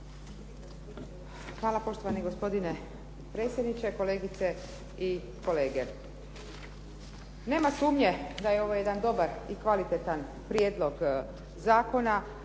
Hvala poštovani gospodine potpredsjedniče, kolegice i kolege. Nema sumnje da je ovo jedan dobar i kvalitetan prijedlog zakona,